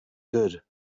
good